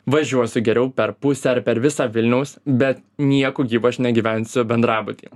važiuosiu geriau per pusę ar per visą vilniaus bet nieku gyvu aš negyvensiu bendrabutyje